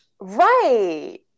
Right